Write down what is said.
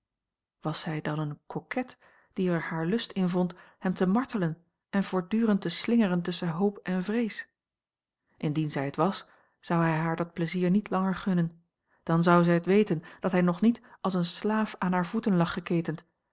was zij dan eene coquette die er haar lust in vond hem te martelen en voortdurend te slingeren tusschen hoop en vrees indien zij het was zou hij haar dat pleizier niet langer gunnen dan zou zij het weten dat hij nog niet als een slaaf aan hare voeten lag geketend